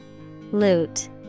Loot